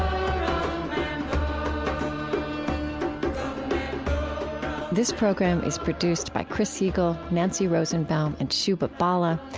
um this program is produced by chris heagle, nancy rosenbaum, and shubha bala.